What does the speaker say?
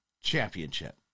championship